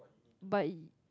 but